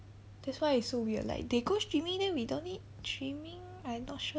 that's why it's so weird like they go streaming then we don't need streaming I not sure